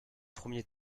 premier